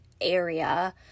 area